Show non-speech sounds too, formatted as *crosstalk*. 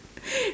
*noise*